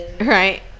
Right